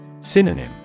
Synonym